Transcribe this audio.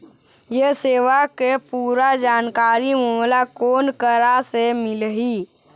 ये सेवा के पूरा जानकारी मोला कोन करा से मिलही?